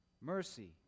Mercy